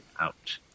out